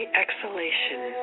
exhalation